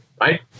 right